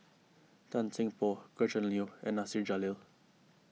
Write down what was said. Tan Seng Poh Gretchen Liu and Nasir Jalil